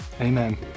Amen